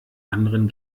anderen